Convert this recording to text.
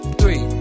three